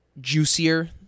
juicier